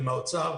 עם האוצר,